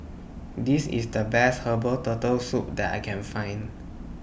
This IS The Best Herbal Turtle Soup that I Can Find